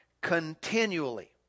continually